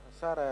השר יעלון,